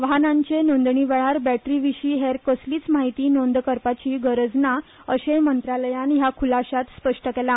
वाहनाचे नोंदणीवेळार बॅटरीविशी हेर कसलीच म्हायती नोंद करपाची गरज ना अशेय मंत्रालयान ह्या खुलाशात स्पष्ट केला